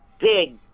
big